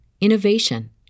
innovation